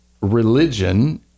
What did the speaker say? religion